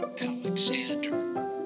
Alexander